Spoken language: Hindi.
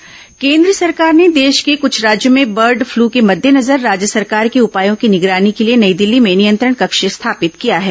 बर्ड फ्लू चेतावनी केन्द्र सरकार ने देश के कुछ राज्यों में बर्ड फ्लू के मद्देनजर राज्य सरकार के उपायों की निगरानी के लिए नई दिल्ली में नियंत्रण कक्ष स्थापित किया है